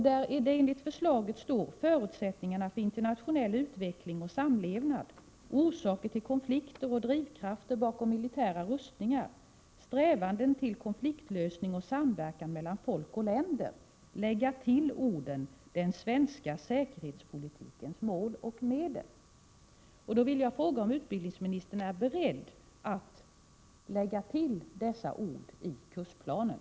Där det enligt förslaget står ”förutsättningarna för internationell utveckling och samlevnad, orsaker till konflikter och drivkrafter bakom militära rustningar, strävanden till konfliktlösning och samverkan mellan länder och folk” skulle man lägga till orden ”den svenska säkerhetspolitikens mål och medel”. Jag vill fråga om utbildningsministern är beredd att lägga till dessa ord i kursplanen.